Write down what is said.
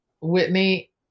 Whitney